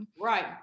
Right